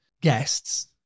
guests